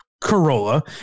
Corolla